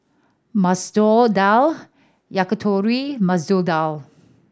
Masoor Dal Yakitori Masoor Dal